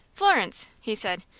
florence! he said.